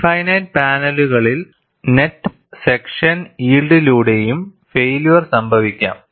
infinite പാനലുകളിൽ net section യിൽഡിലൂടെയും failure സംഭവിക്കാം